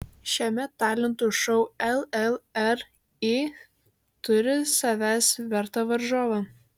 šiame talentų šou llri turi savęs vertą varžovą